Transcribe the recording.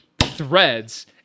threads